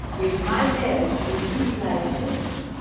if my marriage will be like this,